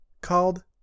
called